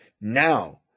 now